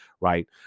right